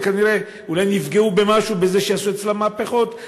שכנראה אולי נפגעו במשהו בזה שעשו אצלן מהפכות,